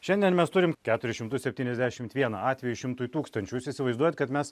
šiandien mes turim keturis šimtus septyniasdešimt vieną atvejį šimtui tūkstančių jūs įsivaizduojat kad mes